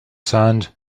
sand